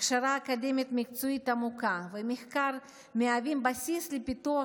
הכשרה אקדמית מקצועית עמוקה ומחקר מהווים בסיס לפיתוח